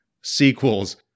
sequels